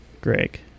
Greg